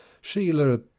Sheila